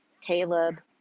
Caleb